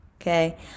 Okay